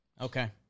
Okay